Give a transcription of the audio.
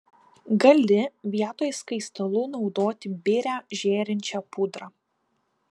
gali vietoj skaistalų naudoti birią žėrinčią pudrą